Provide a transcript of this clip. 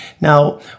Now